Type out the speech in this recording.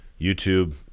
youtube